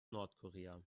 nordkorea